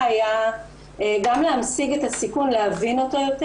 היה גם להמשיג את הסיכון ולהבין אותו יותר.